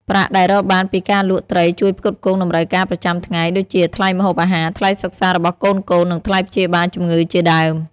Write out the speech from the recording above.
ប្រាក់ដែលរកបានពីការលក់ត្រីជួយផ្គត់ផ្គង់តម្រូវការប្រចាំថ្ងៃ ដូចជាថ្លៃម្ហូបអាហារ ថ្លៃសិក្សារបស់កូនៗ និងថ្លៃព្យាបាលជំងឺជាដើម។